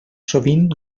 sovint